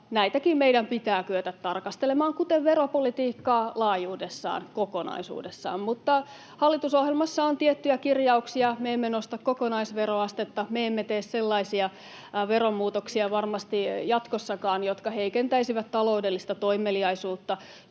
näitäkin meidän pitää kyetä tarkastelemaan — kuten veropolitiikkaa laajuudessaan, kokonaisuudessaan. Mutta hallitusohjelmassa on tiettyjä kirjauksia. Me emme nosta kokonaisveroastetta, me emme tee varmasti jatkossakaan sellaisia veromuutoksia, jotka heikentäisivät taloudellista toimeliaisuutta,